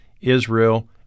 Israel